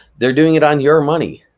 they're doing it on your money,